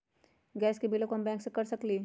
Gas के बिलों हम बैंक से कैसे कर सकली?